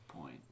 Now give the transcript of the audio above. point